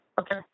Okay